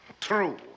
True